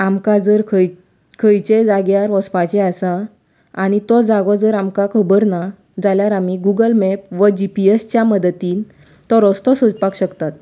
आमकां जर खंय खंयचेय जाग्यार वचपाचें आसा आनी तो जागो जर आमकां खबर ना जाल्यार आमी गुगल मॅप वा जी पी एस च्या मदतीन तो रस्तो सोदपाक शकतात